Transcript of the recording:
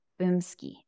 Boomski